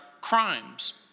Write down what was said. crimes